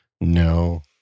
No